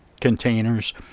containers